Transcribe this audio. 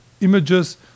images